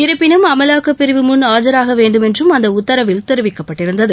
இருப்பினும் அமலாக்கப் பிரிவு முன் ஆஜராக வேண்டுமென்றும் அந்த உத்தரவில் தெரிவிக்கப்பட்டிருந்தது